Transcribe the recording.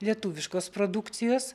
lietuviškos produkcijos